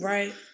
Right